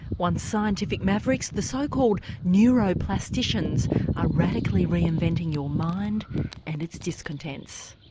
once scientific mavericks, the so-called neuroplasticians are radically re-inventing your mind and its discontents.